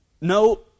no